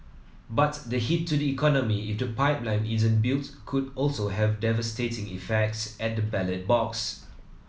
but the hit to the economy if the pipeline isn't built could also have devastating effects at the ballot box